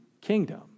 kingdom